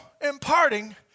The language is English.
imparting